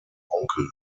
onkel